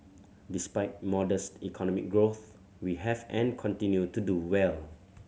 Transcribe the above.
despite modest economic growth we have and continue to do well